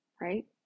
right